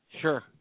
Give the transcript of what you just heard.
Sure